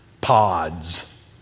pods